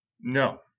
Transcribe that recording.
No